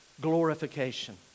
Glorification